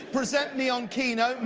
present me on keynote,